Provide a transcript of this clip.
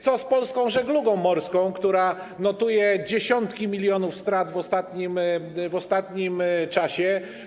Co z Polską Żeglugą Morską, która notuje dziesiątki milionów strat w ostatnim czasie?